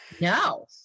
No